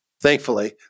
Thankfully